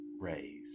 raised